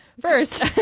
First